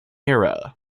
era